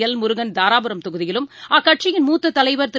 L Murugan Dharapuram தொகுதியிலும் அக்கட்சியின் மூத்த தலைவர் திரு